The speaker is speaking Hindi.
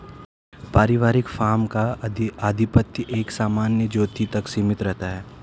पारिवारिक फार्म का आधिपत्य एक सामान्य ज्योति तक सीमित रहता है